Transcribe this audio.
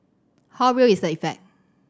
how real is the effect